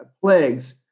plagues